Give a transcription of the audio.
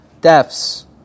deaths